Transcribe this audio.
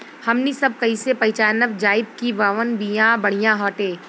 हमनी सभ कईसे पहचानब जाइब की कवन बिया बढ़ियां बाटे?